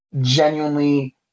genuinely